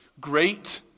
Great